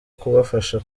kubafasha